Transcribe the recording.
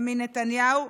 ומנתניהו,